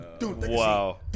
Wow